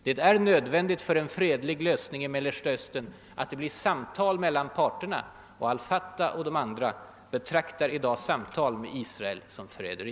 Det är nödvändigt för en fredlig lösning i Mellersta Östern att det blir samtal mellan parterna, och al Fatah och de andra grupperna betraktar i dag samtal med Israel som förräderi.